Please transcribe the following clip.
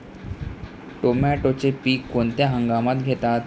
टोमॅटोचे पीक कोणत्या हंगामात घेतात?